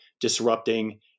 disrupting